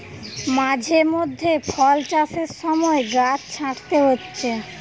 মাঝে মধ্যে ফল চাষের সময় গাছ ছাঁটতে হচ্ছে